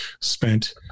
spent